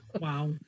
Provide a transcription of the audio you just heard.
Wow